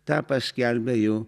tą paskelbė jų